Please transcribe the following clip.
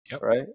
right